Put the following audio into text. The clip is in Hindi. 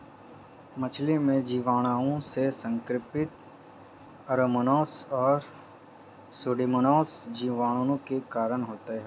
मछली में जीवाणुओं से संक्रमण ऐरोमोनास और सुडोमोनास जीवाणु के कारण होते हैं